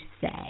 say